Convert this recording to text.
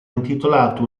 intitolato